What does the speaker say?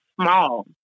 small